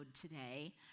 today